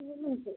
പിന്നെ നിങ്ങൾക്ക്